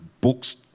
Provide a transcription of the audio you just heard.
books